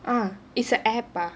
uh it's a app ah